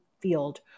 field